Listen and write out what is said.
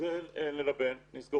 את כל אלה נלבן ונסגור